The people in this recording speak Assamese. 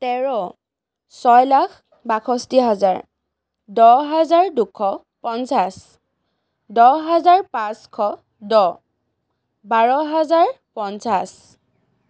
তেৰ ছয় লাখ বাষষ্ঠি হাজাৰ দহ হাজাৰ দুশ পঞ্চাছ দহ হাজাৰ পাঁচশ দহ বাৰ হাজাৰ পঞ্চাছ